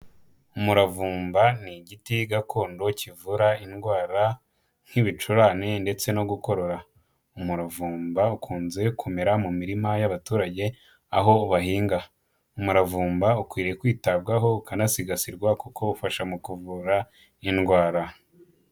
Umuravumba ni igiti gakondo kivura indwara nk'ibicurane ndetse no gukorora, umuvumba ukunze kumera mu mirima y'abaturage, aho bahinga. Umuravumba ukwiriye kwitabwaho ukanasigasirwa kuko ufasha mu kuvura indwara.